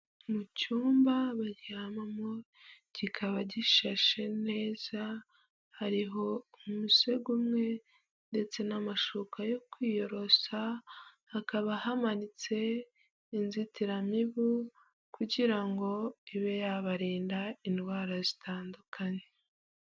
Mu cyumba baryamamo, kikaba gishashe neza, hariho umusego umwe ndetse n'amashuka yo kwiyorosa, hakaba hamanitse inzitiramibu kugira ngo ibe yabarinda indwara zitandukanye.